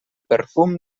perfum